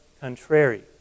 contrary